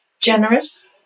Generous